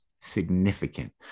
significant